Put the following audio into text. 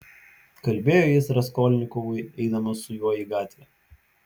kalbėjo jis raskolnikovui eidamas su juo į gatvę